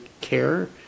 care